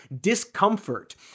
discomfort